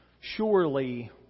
surely